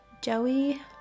Joey